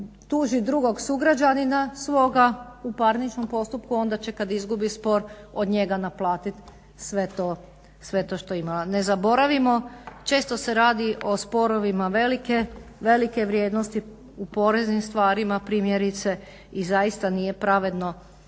tuži drugog sugrađanina svoga u parničnom postupku onda će kad izgubi spor od njega naplatit sve to što je imala. Ne zaboravimo često se radi o sporovima velike vrijednosti, u poreznim stvarima primjerice i zaista nije pravedno